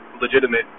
legitimate